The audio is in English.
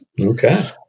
okay